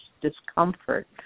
discomfort